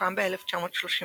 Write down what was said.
שהוקם ב-1935